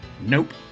Nope